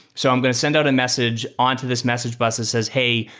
so i'm going to send out a message on to this message bus that says, hey,